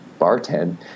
bartend